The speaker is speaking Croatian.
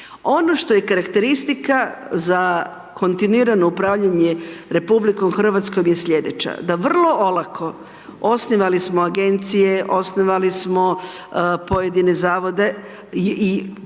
Ono što je karakteristika za kontinuirano upravljanje RH je slijedeća. Da vrlo olako osnivali smo agencije, osnivali smo pojedine zavode i još lakše